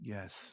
Yes